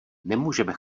nemůžeme